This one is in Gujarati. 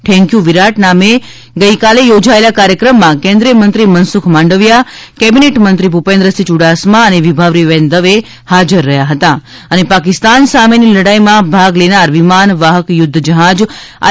થૈન્ક યુ વિરાટ નામે ગઇકાલે યોજાયેલા કાર્યક્રમમાં કેન્દ્રિયમંત્રી મનસુખ માંડવિયા કેબિનેટ મંત્રી ભૂપેન્દ્રસિંહ યુડાસમા અને વિભાવરીબેન દવે હાજર રહ્યા હતા અને પાકિસ્તાન સામેની લડાઈમાં ભાગ લેનાર વિમાન વાહક યુધ્ધ જહાજ આઈ